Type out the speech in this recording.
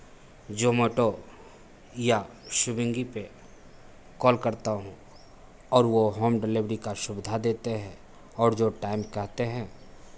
ज़ोमैटो या स्वीगी पे कॉल करता हूँ और वो होम डिलिवरी का सुविधा देते हैं और जो टाइम कहते हैं